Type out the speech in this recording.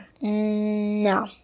No